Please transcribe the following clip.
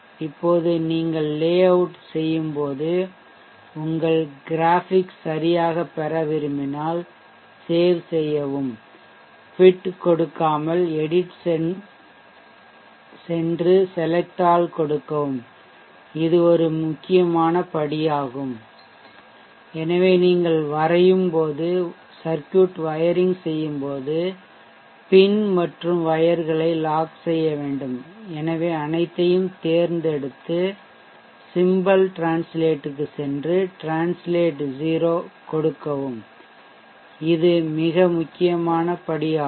இப்போது நீங்கள் lay out செய்யும்போது உங்கள் கிராபிக்ஸ் சரியாகப் பெற விரும்பினால் Save செய்யவும் quit கொடுக்காமல் edit சென்று select all கொடுக்கவும் இது ஒரு மிக முக்கியமான படியாகும் எனவே நீங்கள் வரையும்போது சர்க்யூட் வயரிங் செய்யும்போது போது பின் மற்றும் வயர்களை லாக் செய்யவேண்டும் எனவே அனைத்தையும் தேர்ந்தெடுத்து symbol translate க்குச் சென்று translate 0 கொடுக்கவும் இது மிக முக்கியமான படியாகும்